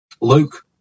luke